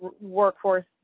workforce